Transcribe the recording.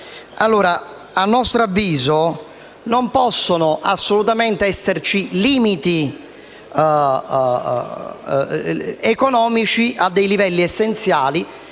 a nostro avviso, non possono esserci limiti economici per i livelli essenziali